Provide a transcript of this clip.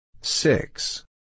six